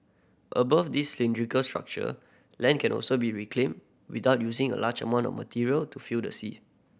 above this cylindrical structure land can also be reclaimed without using a large amount of material to fill the sea